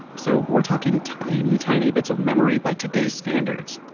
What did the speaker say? so, we're talking tiny tiny bits of memory by today's standard.